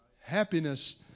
happiness